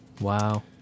Wow